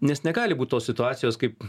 nes negali būt tos situacijos kaip